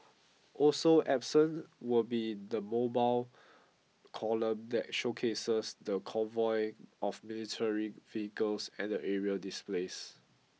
also absent will be the mobile column that showcases the convoy of military vehicles and the aerial displays